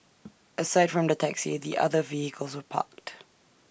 aside from the taxi the other vehicles were parked